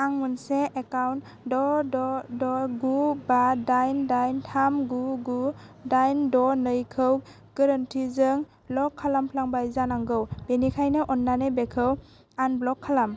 आं मोनसे एकाउन्ट द' द' द' गु बा दाइन दाइन थाम गु गु दाइन द' नैखौ गोरोन्थिजों ब्ल'क खालामफ्लांबाय जानांगौ बेनिखायनो अन्नानै बेखौ आनब्ल'क खालाम